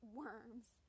worms